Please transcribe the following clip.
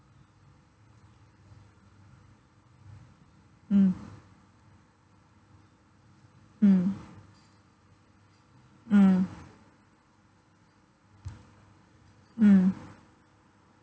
mm mm mm mm